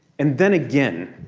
and then again.